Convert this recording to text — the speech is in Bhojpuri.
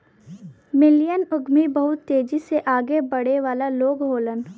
मिलियन उद्यमी बहुत तेजी से आगे बढ़े वाला लोग होलन